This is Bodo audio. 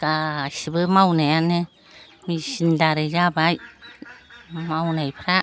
गासिबो मावनायानो मेचिन दारै जाबाय मावनायफ्रा